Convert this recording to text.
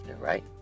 right